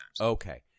Okay